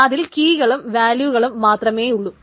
അതിൽ കീകളും വാല്യൂകളും മാത്രമേയുള്ളു